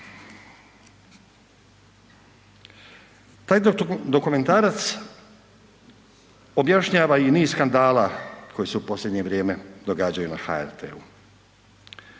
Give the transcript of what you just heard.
Taj dokumentarac objašnjava i niz skandala koje se u posljednje vrijeme događaju na HRT-u,